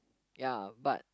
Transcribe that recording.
ya but